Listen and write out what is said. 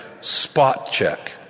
spot-check